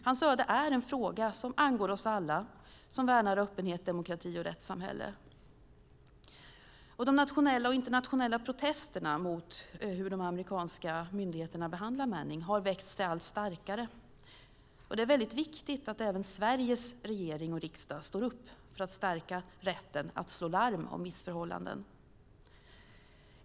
Hans öde är en fråga som angår oss alla som värnar öppenhet, demokrati och rättssamhälle. De nationella och internationella protesterna mot hur de amerikanska myndigheterna behandlar Manning har växt sig allt starkare. Det är väldigt viktigt att även Sveriges regering och riksdag står upp för att stärka rätten att slå larm om missförhållanden.